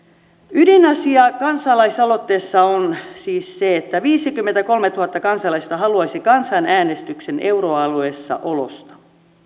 ydinasia kansalaisaloitteessa on siis se että viisikymmentäkolmetuhatta kansalaista haluaisi kansanäänestyksen euroalueessa olosta